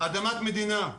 אדמת מדינה,